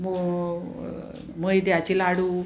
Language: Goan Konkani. मैद्याची लाडू